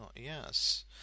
yes